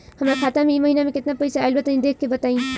हमरा खाता मे इ महीना मे केतना पईसा आइल ब तनि देखऽ क बताईं?